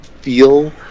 feel